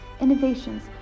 innovations